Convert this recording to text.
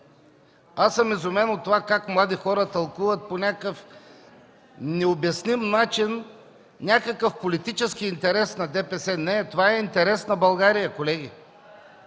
Аз съм изумен от това как млади хора тълкуват по някакъв необясним начин някакъв политически интерес на ДПС. Не, това е интерес на България, колеги!